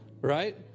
right